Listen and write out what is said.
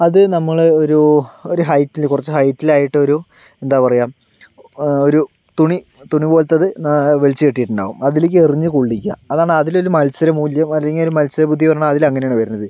അത് നമ്മൾ ഒരു ഒരു ഹൈറ്റില് കുറച്ച് ഹൈറ്റിലായിട്ടൊരു എന്താ പറയുക ഒരു തുണി തുണി പോലത്തത് വലിച്ച് കെട്ടിയിട്ടുണ്ടാവും അതിലേക്ക് എറിഞ്ഞ് കൊള്ളിക്കുക അതാണ് അതിലൊരു മത്സരമൂല്യം അല്ലെങ്കിൽ മത്സരബുദ്ധിയെന്ന് പറഞ്ഞാൽ അതിൽ അങ്ങനെയാണ് വരണത്